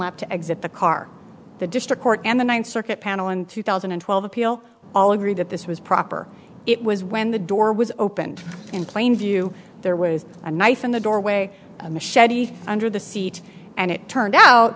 dunlap to exit the car the district court and the ninth circuit panel in two thousand and twelve appeal all agree that this was proper it was when the door was opened in plain view their ways a knife in the doorway a machete under the seat and it turned out